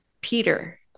Peter